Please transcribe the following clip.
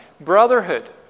Brotherhood